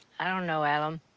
i don't know, alan.